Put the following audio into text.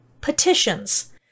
petitions